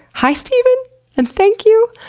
hi steven and thank you!